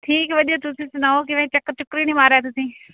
ਠੀਕ ਵਧੀਆ ਤੁਸੀਂ ਸੁਣਾਓ ਕਿਵੇਂ ਚੱਕਰ ਚੁੱਕਰ ਹੀ ਨਹੀਂ ਮਾਰਿਆ ਤੁਸੀਂ